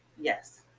Yes